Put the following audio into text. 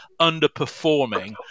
underperforming